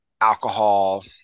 alcohol